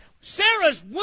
Sarah's